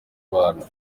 bantu